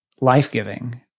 life-giving